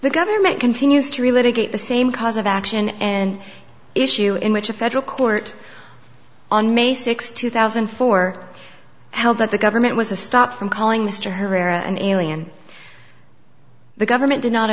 the government continues to relay to get the same cause of action and issue in which a federal court on may sixth two thousand and four held that the government was a stop from calling mr herrera an alien the government did not